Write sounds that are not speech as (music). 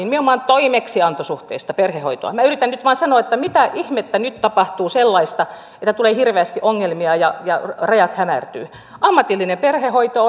(unintelligible) nimenomaan toimeksiantosuhteista perhehoitoa minä yritän nyt vain sanoa että mitä ihmettä nyt tapahtuu sellaista että tulee hirveästi ongelmia ja ja rajat hämärtyvät ammatillinen perhehoito (unintelligible)